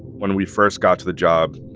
when we first got to the job,